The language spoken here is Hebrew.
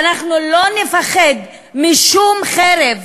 ואנחנו לא נפחד משום חרב,